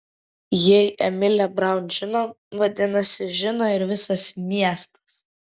jei emilė braun žino vadinasi žino ir visas miestas